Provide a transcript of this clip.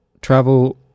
travel